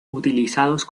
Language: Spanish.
utilizados